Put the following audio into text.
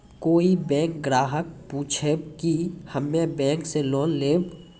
कोई बैंक ग्राहक पुछेब की हम्मे बैंक से लोन लेबऽ?